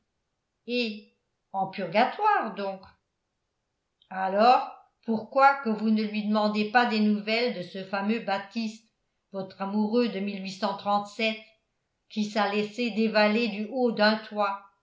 eh en purgatoire donc alors pourquoi que vous ne lui demandez pas des nouvelles de ce fameux baptiste vot amouroux de qui s'a laissé dévaler du haut d'un toit